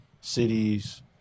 cities